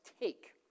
take